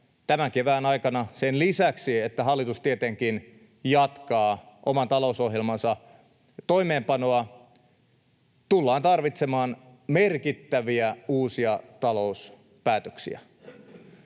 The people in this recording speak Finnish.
tämän kevään aikana — sen lisäksi, että hallitus tietenkin jatkaa oman talousohjelmansa toimeenpanoa — tullaan tarvitsemaan merkittäviä uusia talouspäätöksiä.